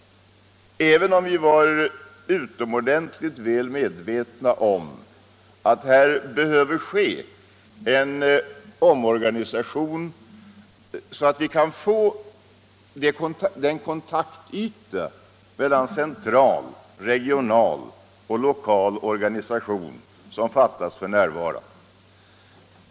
Samtidigt var vi naturligtvis utomordentligt väl medvetna om att här behöver ske en omorganisation så att vi kan få den kontaktyta mellan central, regional och lokal organisation som fattas f.n.